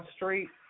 Street